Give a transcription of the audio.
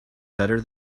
better